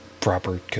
proper